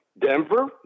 Denver